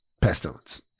Pestilence